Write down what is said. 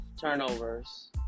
turnovers